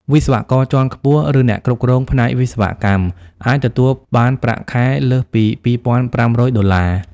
វិស្វករជាន់ខ្ពស់ ឬអ្នកគ្រប់គ្រងផ្នែកវិស្វកម្មអាចទទួលបានប្រាក់ខែលើសពី ២,៥០០ ដុល្លារ។